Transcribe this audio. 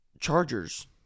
Chargers